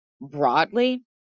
broadly